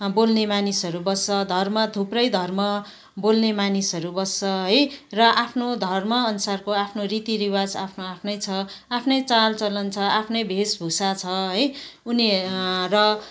बोल्ने मानिसहरू बस्छ धर्म थुप्रै धर्म बोल्ने मानिसहरू बस्छ है र आफ्नो धर्म अनुसारको आफ्नो रीतिरिवाज आफ्नो आफ्नै छ आफ्नै चालचलन छ आफ्नै वेशभूषा छ है उनि र